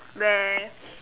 where